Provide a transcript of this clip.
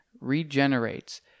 regenerates